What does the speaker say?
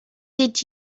did